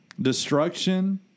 destruction